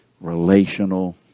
relational